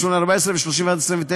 28(14) ו-31 29,